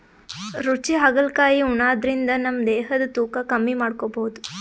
ರುಚಿ ಹಾಗಲಕಾಯಿ ಉಣಾದ್ರಿನ್ದ ನಮ್ ದೇಹದ್ದ್ ತೂಕಾ ಕಮ್ಮಿ ಮಾಡ್ಕೊಬಹುದ್